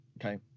okay